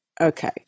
okay